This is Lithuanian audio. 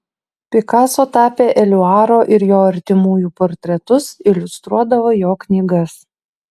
pikaso tapė eliuaro ir jo artimųjų portretus iliustruodavo jo knygas